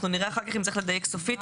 אנחנו נראה אחר כך אם צריך לדייק סופית.